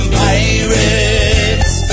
pirates